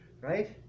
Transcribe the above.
right